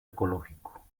ecológico